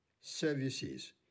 services